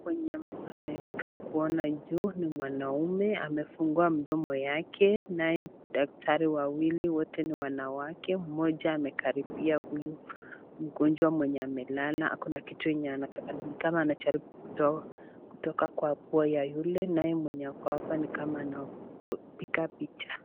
Mwenye amekaa kuona juu ni mwanaume amefungua mdomo yake naye daktari wawili wote ni wanawake. Moja anakaribia mgonjwa mwenye amelala. Ako na kitu ni kama anajaribu kutoa kutoka kwa pua ya yule naye mwenye ako hapa ni kama anapiga picha.